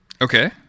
Okay